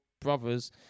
brothers